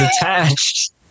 attached